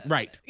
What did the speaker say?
Right